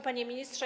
Panie Ministrze!